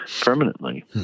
permanently